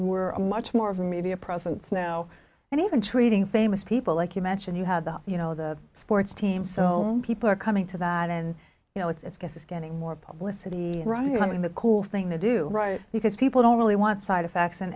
a much more of a media presence now and even treating famous people like you mentioned you had the you know the sports team so people are coming to that and you know it's because it's getting more publicity and running the cool thing to do right because people don't really want side effects and